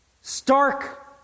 stark